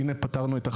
והנה פתרנו את החשש.